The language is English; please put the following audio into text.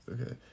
Okay